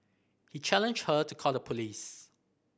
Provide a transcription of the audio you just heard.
he challenged her to call the police